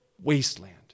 wasteland